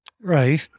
Right